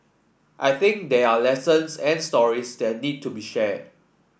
I think there are lessons and stories that need to be shared